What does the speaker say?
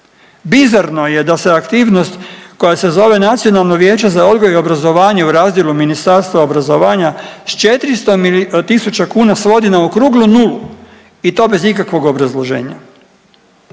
Bizarno je da se aktivnost koja se zove Nacionalno vijeće za odgoj i obrazovanje u razdjelu Ministarstva obrazovanja s 400.000 kuna svodi na okruglu nulu i to bez ikakvog obrazloženja.